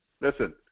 Listen